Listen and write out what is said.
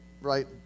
Right